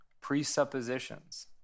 presuppositions